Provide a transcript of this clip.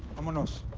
vamanos.